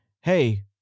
Hey